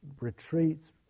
retreats